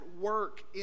work